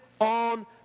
on